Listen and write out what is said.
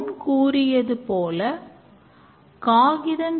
எனவே எiஐல் மாடல் பொருத்தமானது